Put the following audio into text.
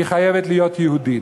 היא חייבת להיות יהודית.